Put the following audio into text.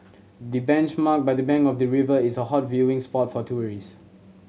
the benchmark by the bank of the river is a hot viewing spot for tourist